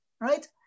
right